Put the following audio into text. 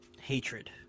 Hatred